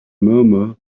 murmur